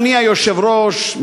אדוני היושב-ראש,